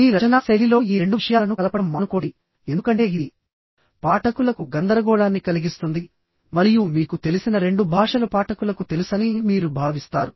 మీ రచనా శైలిలో ఈ రెండు విషయాలను కలపడం మానుకోండి ఎందుకంటే ఇది పాఠకులకు గందరగోళాన్ని కలిగిస్తుంది మరియు మీకు తెలిసిన రెండు భాషలు పాఠకులకు తెలుసని మీరు భావిస్తారు